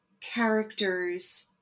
characters